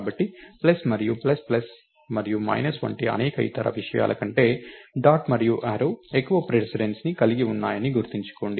కాబట్టి ప్లస్ మరియు plus plus మరియు మైనస్ వంటి అనేక ఇతర విషయాల కంటే డాట్ మరియు యారో ఎక్కువ ప్రిసిడెన్స్ ను కలిగి ఉన్నాయని గుర్తుంచుకోండి